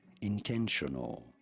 Intentional